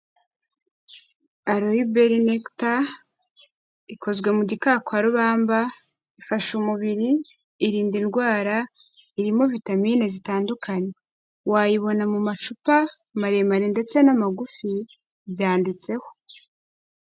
Aloe Berry Nectar ikozwe mu gikakarubamba, ifasha umubiri, irinda indwara, irimo vitamine zitandukanye. Wayibona mu macupa maremare ndetse n'amagufi byanditseho.